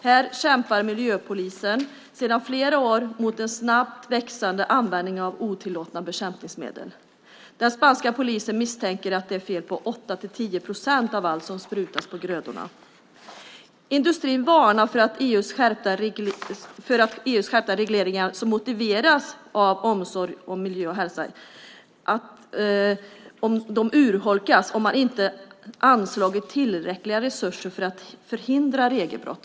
Här kämpar miljöpolisen sedan flera år mot en snabbt växande användning av otillåtna bekämpningsmedel. Den spanska polisen misstänker att det är fel på 8-10 procent av allt som sprutas på grödorna. Industrin varnar för att EU:s skärpta regleringar, som motiveras av omsorg om miljö och hälsa, urholkas av att tillräckliga resurser inte anslagits för att förhindra regelbrott.